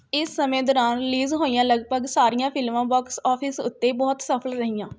ਇਸ ਸਮੇਂ ਦੌਰਾਨ ਰਿਲੀਜ਼ ਹੋਈਆਂ ਲਗਭਗ ਸਾਰੀਆਂ ਫਿਲਮਾਂ ਬਾਕਸ ਆਫਿਸ ਉੱਤੇ ਬਹੁਤ ਸਫ਼ਲ ਰਹੀਆਂ